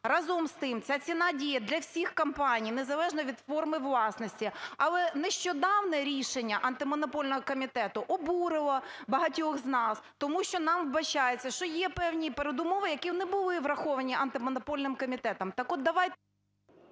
Разом з тим, ця ціна діє для всіх компаній, незалежно від форми власності. Але нещодавнє рішення Антимонопольного комітету обурило багатьох з нас, тому що нам вбачається, що є певні передумови, які не були враховані Антимонопольним комітетом.